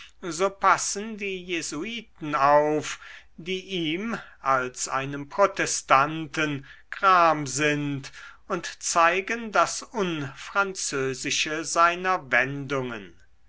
so passen die jesuiten auf die ihm als einem protestanten gram sind und zeigen das unfranzösische seiner wendungen